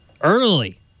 early